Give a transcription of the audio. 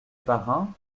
parrin